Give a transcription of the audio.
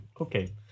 Okay